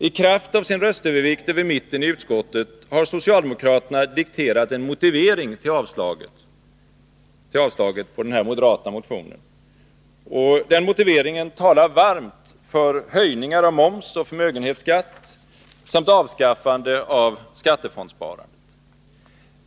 I kraft av sin röstövervikt över mitten i utskottet har socialdemokraterna dikterat en motivering till avslaget på den moderata motionen. Den motiveringen talar varmt för höjningar av moms och förmögenhetsskatt samt avskaffande av skattefondssparandet.